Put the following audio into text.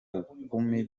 bukumi